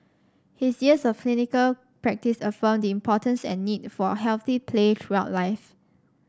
his years of clinical practice affirmed the importance and need for healthy play throughout life